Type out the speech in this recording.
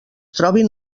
trobin